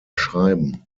schreiben